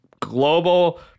global